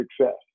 success